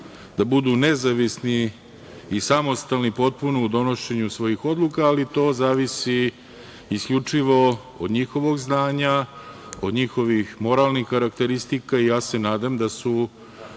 da budu nezavisni i samostalni potpuno u donošenju svojih odluka, ali to zavisi isključivo od njihovog znanja, od njihovih moralnih karakteristika i ja se nadam da su